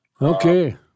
Okay